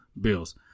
bills